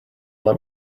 let